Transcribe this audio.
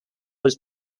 was